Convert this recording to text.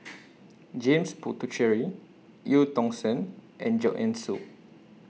James Puthucheary EU Tong Sen and Joanne Soo